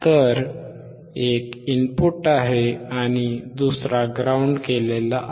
तर एक इनपुट आहे आणि दुसरा ग्राउंड आहे